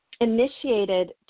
initiated